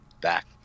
back